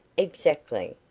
exactly,